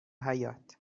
حباط